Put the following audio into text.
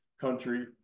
country